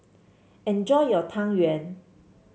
enjoy your Tang Yuen